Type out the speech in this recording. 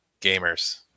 gamers